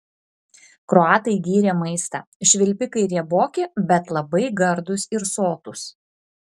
kroatai gyrė maistą švilpikai rieboki bet labai gardūs ir sotūs